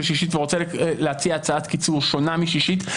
שישית ורוצה להציע הצעת קיצור שונה משישית.